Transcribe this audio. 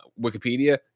Wikipedia